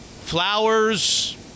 Flowers